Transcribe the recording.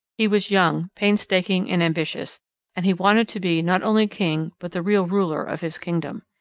he was young, painstaking, and ambitious and he wanted to be not only king but the real ruler of his kingdom.